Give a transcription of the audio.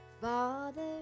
Father